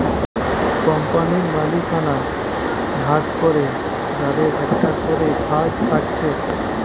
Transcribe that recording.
কোম্পানির মালিকানা ভাগ করে যাদের একটা করে ভাগ থাকছে